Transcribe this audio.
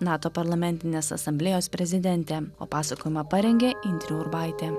nato parlamentinės asamblėjos prezidentė o pasakojimą parengė indrė urbaitė